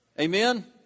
Amen